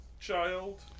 child